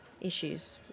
issues